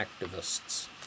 activists